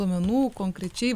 duomenų konkrečiai